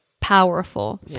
powerful